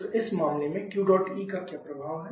तो इस मामले में Qdot E का क्या प्रभाव है